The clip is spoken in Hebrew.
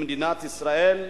במדינת ישראל,